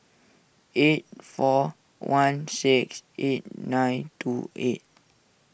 eight four one six eight nine two eight